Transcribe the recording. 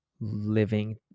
living